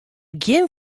gjin